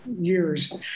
years